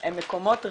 הם מקומות ראויים,